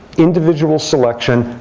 individual selection,